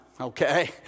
Okay